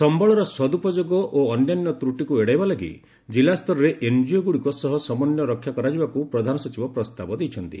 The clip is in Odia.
ସମ୍ଭଳର ସଦୁପଯୋଗ ଓ ଅନ୍ୟାନ୍ୟ ତ୍ରୁଟିକୁ ଏଡ଼ାଇବା ଲାଗି ଜିଲ୍ଲାସ୍ତରରେ ଏନ୍ଜିଓଗୁଡ଼ିକ ସହ ସମନ୍ୱୟ ରକ୍ଷା କରାଯିବାକୁ ପ୍ରଧାନସଚିବ ପ୍ରସ୍ତାବ ଦେଇଛନ୍ତି